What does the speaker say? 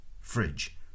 Fridge